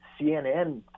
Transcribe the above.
CNN